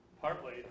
partly